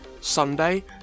Sunday